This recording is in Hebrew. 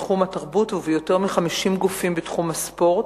בתחום התרבות וביותר מ-50 גופים בתחום הספורט.